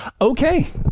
Okay